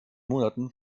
monaten